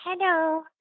Hello